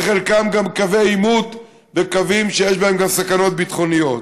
שחלקם גם קווי עימות וקווים שיש בהם גם סכנות ביטחוניות?